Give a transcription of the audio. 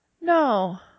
No